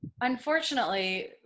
Unfortunately